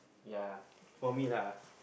ya for me lah